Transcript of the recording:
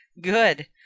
Good